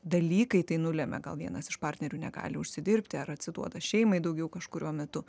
dalykai tai nulemia gal vienas iš partnerių negali užsidirbti ar atsiduoda šeimai daugiau kažkuriuo metu